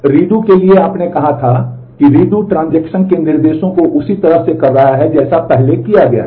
redo के निर्देशों को उसी तरह से कर रहा है जैसा पहले किया गया था